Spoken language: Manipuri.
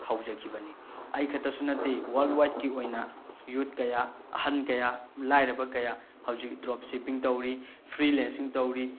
ꯍꯧꯖꯈꯤꯕꯅꯤ ꯑꯩꯈꯇꯁꯨ ꯅꯠꯇꯦ ꯋꯥꯔꯜ ꯋꯥꯏꯠꯀꯤ ꯑꯣꯏꯅ ꯌꯨꯠ ꯀꯌꯥ ꯑꯍꯟ ꯀꯌꯥ ꯂꯥꯏꯔꯕ ꯀꯌꯥ ꯍꯧꯖꯤꯛ ꯗ꯭ꯔꯣꯞ ꯁꯤꯞꯄꯤꯡ ꯇꯧꯔꯤ ꯐ꯭ꯔꯤ ꯂꯦꯟꯁꯤꯡ ꯇꯧꯔꯤ